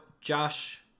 josh